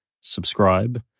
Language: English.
subscribe